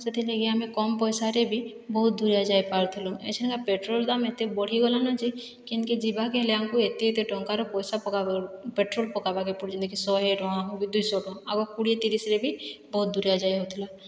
ସେଥିଲାଗି ଆମେ କମ ପଇସାରେ ବି ବହୁତ ଦୂର ଯାଇପାରୁଥିଲୁ ଏଇସନକା ପେଟ୍ରୋଲ ଦାମ ଏତେ ବଢ଼ିଗଲାନ ଯେ କେନ୍ କେ ଯିବାକେ ହେଲେ ଆମକୁ ଏତେ ଏତେ ଟଙ୍କାର ପଇସା ପକାବାର୍ ପେଟ୍ରୋଲ ପକାବାକେ ପଡ଼ୁଛେ ଯେନ୍ତିକି ଶହେ ଟଙ୍କା ହେଉ କି ଦୁଇଶହ ଟଙ୍କା ଆଗ କୋଡ଼ିଏ ତିରିଶରେ ବି ବହୁତ ଦୂରିଆ ଯାଇ ହେଉଥିଲା